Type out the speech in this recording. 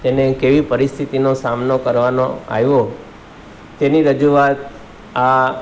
તેને કેવી પરિસ્થિતિનો સામનો કરવાનો આવ્યો તેની રજૂઆત આ